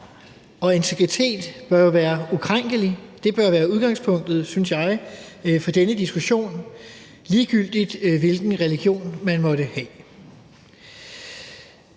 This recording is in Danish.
integritet bør jo være ukrænkelig. Det bør være udgangspunktet, synes jeg, for denne diskussion, ligegyldigt hvilken religion man måtte have.